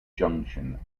junction